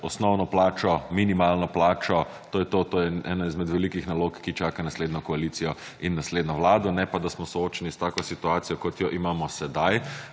osnovno plačo, minimalno plačo to je to, to je ena izmed velikih nalog, ki čaka naslednjo koalicijo in pa naslednjo Vlado ne pa, da smo soočeni s tako situacijo kot jo imamo sedaj,